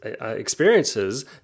experiences